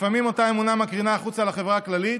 לפעמים אותה אמונה מקרינה החוצה לחברה הכללית,